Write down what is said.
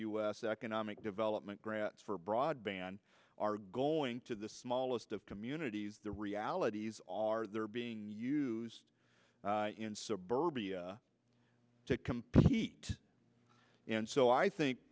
s economic development grants for broadband are going to the smallest of communities the realities are they're being used in suburbia to compete and so i think